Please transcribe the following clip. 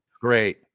Great